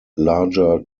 larger